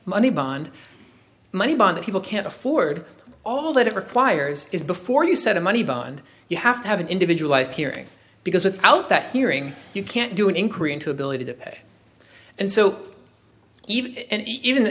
money bond money bond people can't afford all that it requires is before you set a money bond you have to have an individualized hearing because without that hearing you can't do an inquiry into ability to pay and so even and even